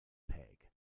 peg